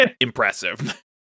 impressive